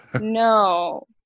No